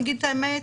אני אגיד את האמת,